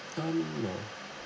um no